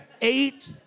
eight